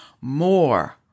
more